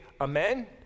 amen